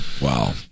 Wow